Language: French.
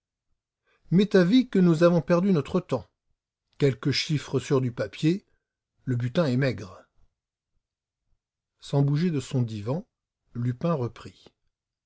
m'est avis que nous avons perdu notre temps quelques chiffres sur du papier le butin est maigre sans bouger de son divan lupin reprit